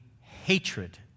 hatred